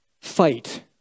Fight